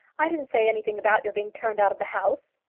i didn't say anything about you being turned out of the house.